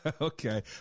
Okay